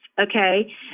Okay